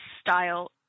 style